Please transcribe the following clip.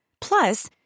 Plus